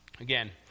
Again